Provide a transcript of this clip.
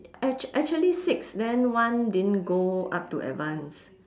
ac~ actually six then one didn't go up to advanced